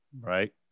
Right